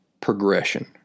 progression